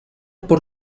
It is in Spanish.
por